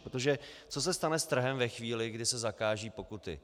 Protože co se stane s trhem ve chvíli, kdy se zakážou pokuty?